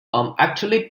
actually